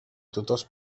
tutors